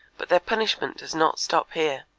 but their punishment does not stop here.